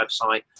website